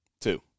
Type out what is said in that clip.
Two